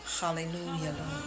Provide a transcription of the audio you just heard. Hallelujah